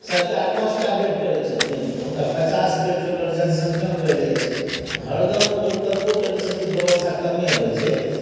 सरकार पाँच टा बेड करैत छथिन तऽ हुनका पचास बेड जोकर जनसँख्या बढ़ि जाइत छै हरदम ओ कतबो करैत छथिन व्यवस्था कमे होइत छै